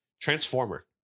transformer